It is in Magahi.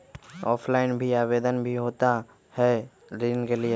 ऑफलाइन भी आवेदन भी होता है ऋण के लिए?